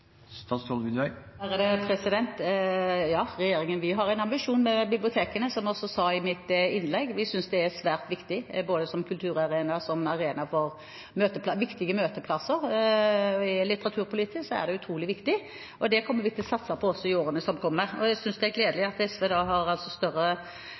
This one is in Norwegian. Ja, regjeringen har en ambisjon for bibliotekene, som jeg også sa i mitt innlegg. Vi synes de er svært viktige, både som kulturarenaer og som arenaer for viktige møteplasser. Litteraturpolitisk er det utrolig viktig. Så det kommer vi til å satse på også i årene som kommer. Jeg synes det er gledelig at SV har større